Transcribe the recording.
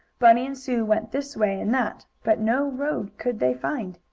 bunny and sue went this way and that, but no road could they find.